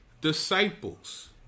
disciples